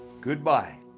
Goodbye